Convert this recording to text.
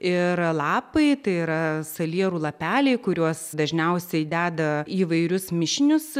ir lapai tai yra salierų lapeliai kuriuos dažniausiai deda įvairius mišinius